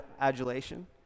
adulation